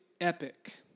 epic